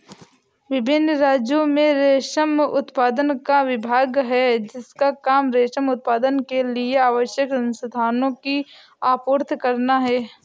विभिन्न राज्यों में रेशम उत्पादन का विभाग है जिसका काम रेशम उत्पादन के लिए आवश्यक संसाधनों की आपूर्ति करना है